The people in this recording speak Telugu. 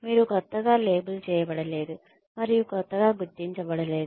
మీరు క్రొత్తగా లేబుల్ చేయబడలేదు మరియు క్రొత్తగా గుర్తించబడలేదు